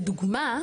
לדוגמה,